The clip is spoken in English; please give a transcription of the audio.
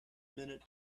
minute